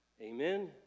Amen